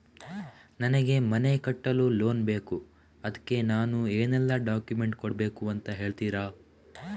ನನಗೆ ಮನೆ ಕಟ್ಟಲು ಲೋನ್ ಬೇಕು ಅದ್ಕೆ ನಾನು ಏನೆಲ್ಲ ಡಾಕ್ಯುಮೆಂಟ್ ಕೊಡ್ಬೇಕು ಅಂತ ಹೇಳ್ತೀರಾ?